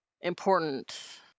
important